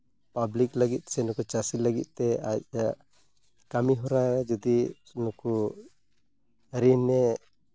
public ᱞᱟᱹᱜᱤᱫ ᱥᱮ ᱱᱩᱠᱩ ᱪᱟᱹᱥᱤ ᱞᱟᱹᱜᱤᱫᱼᱛᱮ ᱟᱡ ᱠᱟᱹᱢᱤᱦᱚᱨᱟ ᱡᱩᱫᱤ ᱱᱩᱠᱩ ᱨᱤᱱᱮ